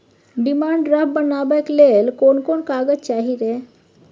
Demand draft बनाबैक लेल कोन कोन कागज चाही रे?